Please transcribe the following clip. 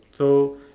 so